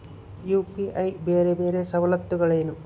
UPI ಬೇರೆ ಬೇರೆ ಸವಲತ್ತುಗಳೇನು?